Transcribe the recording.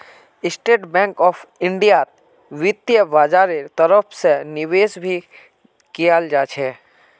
state bank of इन्डियात वित्तीय बाजारेर तरफ से निवेश भी कियाल जा छे